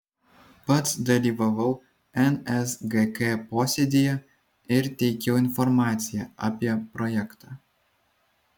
pats dalyvavau nsgk posėdyje ir teikiau informaciją apie projektą